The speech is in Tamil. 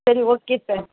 சரி ஓகே சார்